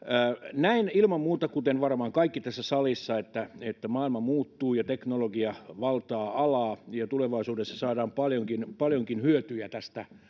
näen ilman muuta kuten varmaan kaikki tässä salissa että että maailma muuttuu ja teknologia valtaa alaa ja tulevaisuudessa saadaan paljonkin paljonkin hyötyjä tästä